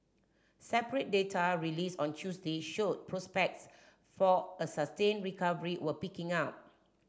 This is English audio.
separate data released on Tuesday showed prospects for a sustained recovery were picking up